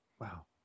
Wow